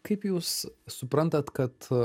kaip jūs suprantat kad